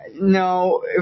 No